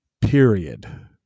period